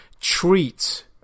treat